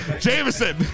jameson